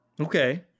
okay